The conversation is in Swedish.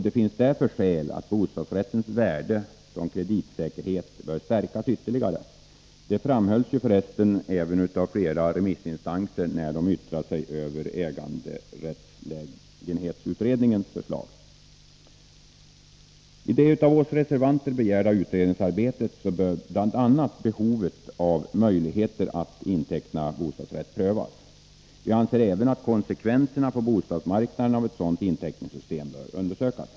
Det finns därför skäl som talar för att bostadsrättens värde som kreditsäkerhet bör stärkas ytterligare. Detta framhölls för resten även av flera remissinstanser när de yttrade sig över ägarlägenhetsutredningens förslag. I det av oss reservanter begärda utredningsarbetet bör bl.a. behovet av möjligheter att inteckna bostadsrätt prövas. Vi anser även att konsekvenserna på bostadsmarknaden av ett sådant inteckningssystem bör undersökas.